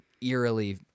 eerily